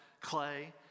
clay